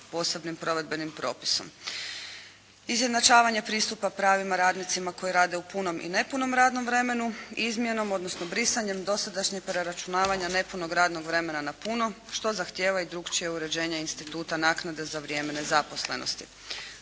posebnim provedbenim propisom. Izjednačavanje pristupa pravima radnicima koji rade u punom i nepunom radnom vremenu, izmjenom odnosno brisanjem dosadašnjeg preračunavanje nepunog radnog vremena na puno, što zahtijeva i drukčije uređenje instituta naknade za vrijeme nezaposlenosti.